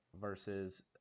versus